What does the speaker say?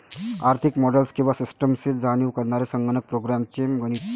आर्थिक मॉडेल्स किंवा सिस्टम्सची जाणीव करणारे संगणक प्रोग्राम्स चे गणित